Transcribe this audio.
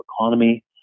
economy